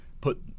put